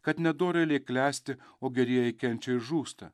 kad nedorėliai klesti o gerieji kenčia ir žūsta